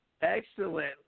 Excellent